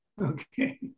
Okay